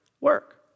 work